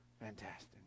Fantastic